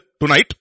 tonight